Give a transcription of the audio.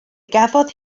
gafodd